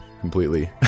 completely